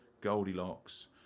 goldilocks